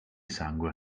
sangue